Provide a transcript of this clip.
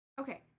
Okay